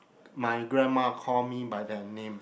my grandma call me by that name